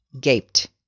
gaped